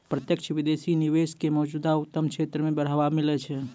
प्रत्यक्ष विदेशी निवेश क मौजूदा उद्यम क्षेत्र म बढ़ावा मिलै छै